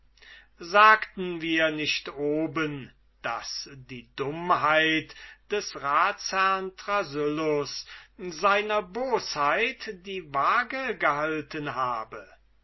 sagten wir nicht oben daß die dummheit des ratsherrn thrasyllus seiner bosheit die waage gehalten habe